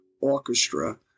Orchestra